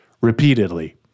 repeatedly